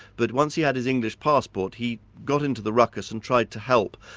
but once he had his english passport, he got into the ruckus and tried to help,